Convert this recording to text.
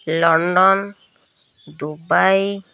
London Dubai